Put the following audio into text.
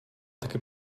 taky